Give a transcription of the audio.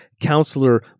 Counselor